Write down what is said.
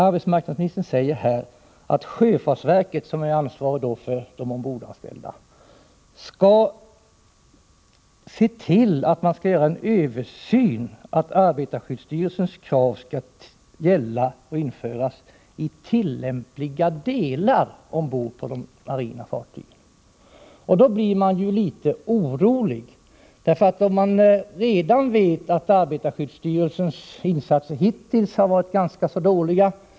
Arbetsmarknadsministern säger i sitt svar att sjöfartsverket, som är ansvarig myndighet för de ombordanställda, skall göra en översyn, syftande till att arbetarskyddsstyrelsens krav ”i tillämpliga delar” skall införas ombord på de marina fartygen. Då blir jag litet orolig, eftersom vi vet att arbetarskyddsstyrelsens insatser hittills har varit ganska dåliga.